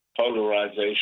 polarization